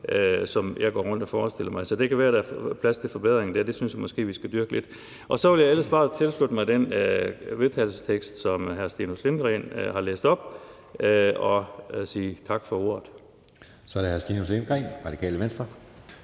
som jeg går rundt og forestiller mig, så det kan være, at der er plads til forbedringer der. Det synes jeg måske vi skal dyrke lidt. Så vil jeg ellers bare tilslutte mig den vedtagelsestekst, som hr. Stinus Lindgreen har læst op, og sige tak for ordet. Kl. 19:28 Anden næstformand